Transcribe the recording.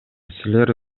силер